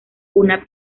una